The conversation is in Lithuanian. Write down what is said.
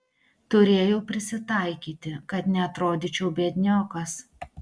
turėjau prisitaikyti kad neatrodyčiau biedniokas